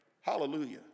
hallelujah